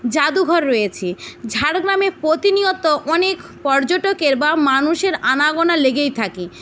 জাদুঘর রয়েছে ঝাড়গ্রামে প্রতিনিয়ত অনেক পর্যটকের বা মানুষের আনাগোনা লেগেই থাকে